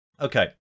okay